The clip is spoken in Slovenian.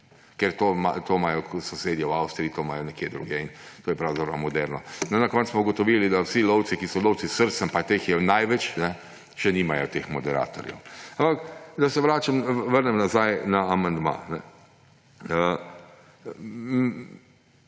Ker to imajo sosedje v Avstriji, to imajo nekje drugje in je pravzaprav moderno. No na koncu smo ugotovili, da vsi lovci, ki so lovci s srcem, pa teh je največ, še nimajo teh moderatorjev. Če se vrnem nazaj na amandma.